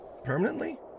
permanently